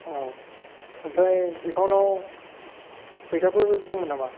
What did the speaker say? औ ओमफ्राय एकाउन्टआव फैसाफोर दंमोन नामा